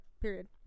period